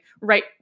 right